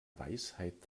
weisheit